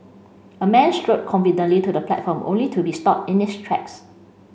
a man strode confidently to the platform only to be stopped in his tracks